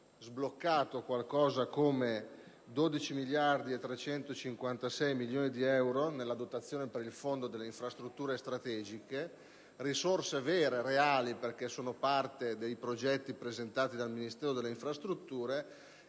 sbloccato 12.356 milioni di euro nella dotazione per il Fondo delle infrastrutture strategiche, risorse reali perché sono parte dei progetti presentati dal Ministero delle infrastrutture